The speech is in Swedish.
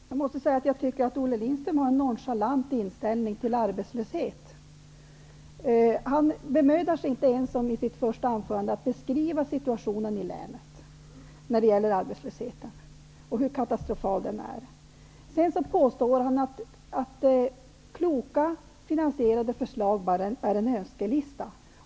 Herr talman! Jag måste säga att jag tycker att Olle Lindström har en nonchalant inställning till arbetslöshet. Han bemödade sig i sitt första anförande inte ens om att beskriva hur katastrofal arbetslöshetssituationen i länet är. Sedan påstod han att kloka, finansierade förslag bara är en önskelista.